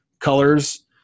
colors